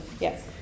Yes